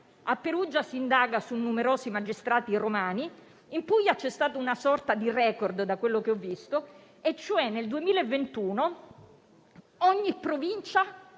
A Perugia si indaga su numerosi magistrati romani; in Puglia c'è stata una sorta di record da quello che ho visto: nel 2021 ogni Provincia